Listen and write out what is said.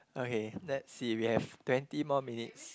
okay let's see we have twenty more minutes